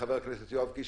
חבר הכנסת יואב קיש,